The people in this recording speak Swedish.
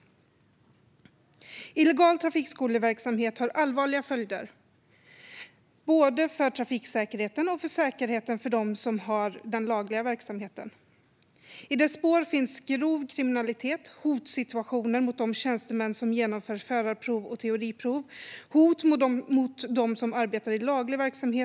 Illegal trafikskoleverksamhet får allvarliga följder både för trafiksäkerheten och för säkerheten för dem som har laglig verksamhet. I dess spår finns grov kriminalitet, hotsituationer mot de tjänstemän som genomför förarprov och teoriprov och hot mot dem som arbetar i laglig verksamhet.